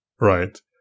right